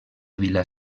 vila